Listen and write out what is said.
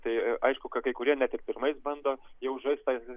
tai aišku kad kai kurie ne tik pirmais bando jau žaist tą